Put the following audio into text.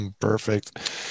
Perfect